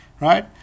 Right